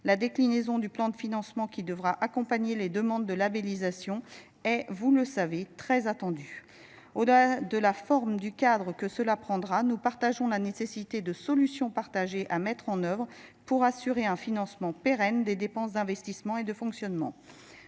la déclinaison du plan de financement qui devra accompagner les demandes de labellisation est vous le savez très attendue au delà de la forme du cadre que cela prendra nous partageons la nécessité de solutions partagées à mettre en œuvre pour assurer un financement pérenne des dépenses d'investissement et de fonctionnement,